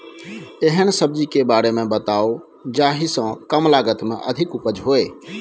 एहन सब्जी के बारे मे बताऊ जाहि सॅ कम लागत मे अधिक उपज होय?